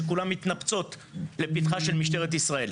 שכולן מתנפצות לפתחה של משטרת ישראל,